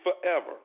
forever